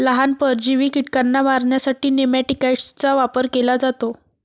लहान, परजीवी कीटकांना मारण्यासाठी नेमॅटिकाइड्सचा वापर केला जातो